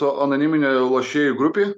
tų anoniminių lošėjų grupei